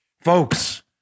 folks